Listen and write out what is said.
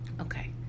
Okay